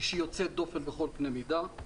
שהיא יוצאת דופן בכל קנה מידה,